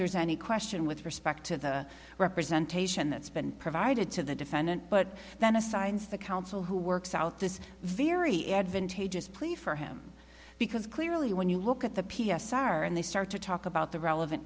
there's any question with respect to the representation that's been provided to the defendant but then assigns the counsel who works out this very advantageous plea for him because clearly when you look at the p s r and they start to talk about the relevant